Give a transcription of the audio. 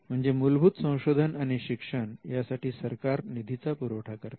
म्हणजे मूलभूत संशोधन आणि शिक्षण यासाठी सरकार निधीचा पुरवठा करते